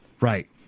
Right